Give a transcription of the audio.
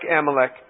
Amalek